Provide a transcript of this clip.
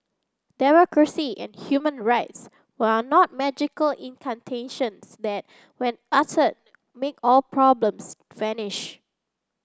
democracy and human rights are not magical incantations that when utter make all problems vanish